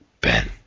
Ben